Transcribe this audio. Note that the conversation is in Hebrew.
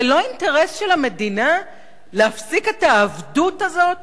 זה לא אינטרס של המדינה להפסיק את העבדות הזאת